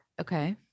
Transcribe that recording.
Okay